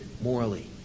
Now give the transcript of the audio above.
morally